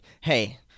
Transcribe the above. hey